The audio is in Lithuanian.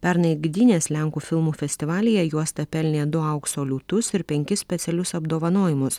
pernai gdynės lenkų filmų festivalyje juosta pelnė du aukso liūtus ir penkis specialius apdovanojimus